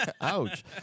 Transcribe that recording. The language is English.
Ouch